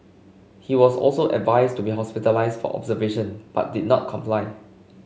he was also advised to be hospitalised for observation but did not comply